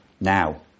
now